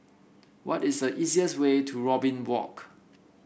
what is the easiest way to Robin Walk